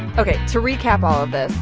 ok. to recap all of this,